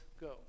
go